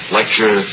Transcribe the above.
lecture